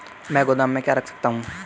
मैं गोदाम में क्या क्या रख सकता हूँ?